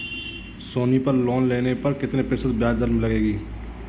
सोनी पर लोन लेने पर कितने प्रतिशत ब्याज दर लगेगी?